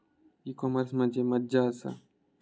E commerce म्हणजे मझ्या आसा?